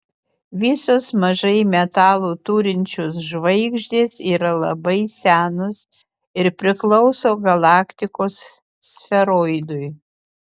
visos mažai metalų turinčios žvaigždės yra labai senos ir priklauso galaktikos sferoidui